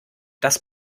das